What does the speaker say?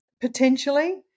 Potentially